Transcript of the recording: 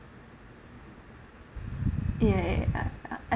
ya ya ya ya I